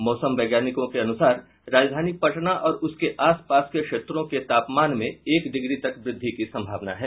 मौसम वैज्ञानिकों के अनुसार राजधानी पटना और उसके आस पास के क्षेत्रों के तापमान में एक डिग्री तक वृद्धि की संभावना है